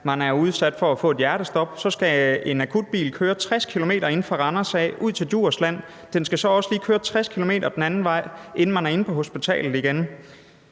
man er udsat for at få et hjertestop, så skal en akutbil køre 60 km inde fra Randers ud til Djursland. Den skal så også lige køre 60 km den anden vej, inden man er inde på hospitalet igen.